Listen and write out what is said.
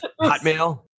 hotmail